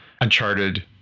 Uncharted